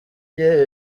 bye